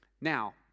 Now